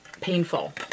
painful